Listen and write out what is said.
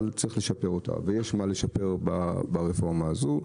אבל צריך לשפר ויש מה לשפר ברפורמה הזאת.